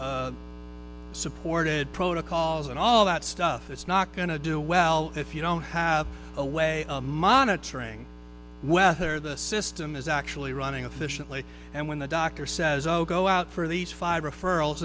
supported protocols and all that stuff it's not going to do well if you don't have a way of monitoring whether the system is actually running efficiently and when the doctor says oh go out for these five referrals